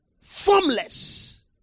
Formless